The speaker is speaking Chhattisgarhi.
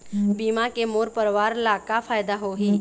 बीमा के मोर परवार ला का फायदा होही?